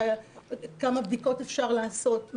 כמה בדיקות אפשר לעשות,